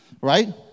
Right